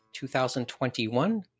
2021